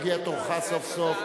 מגיע תורך סוף-סוף,